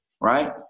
right